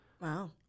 Wow